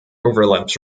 overlaps